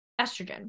estrogen